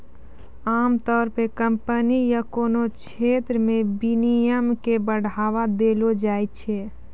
आमतौर पे कम्पनी या कोनो क्षेत्र मे विनियमन के बढ़ावा देलो जाय छै